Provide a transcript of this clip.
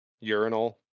urinal